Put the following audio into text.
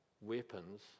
weapons